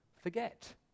forget